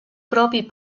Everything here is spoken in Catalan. propi